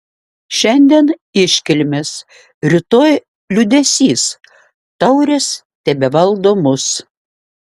šiandien iškilmės rytoj liūdesys taurės tebevaldo mus